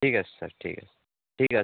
ঠিক আছে স্যার ঠিক আছে ঠিক আছে স্যার